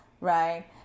Right